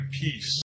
peace